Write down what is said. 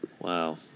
Wow